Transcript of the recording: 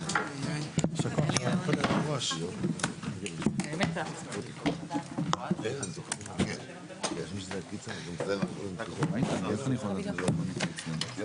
בשעה 11:00.